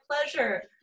pleasure